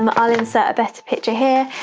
um i'll insert a better picture here.